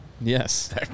Yes